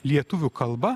lietuvių kalba